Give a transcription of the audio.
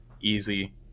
easy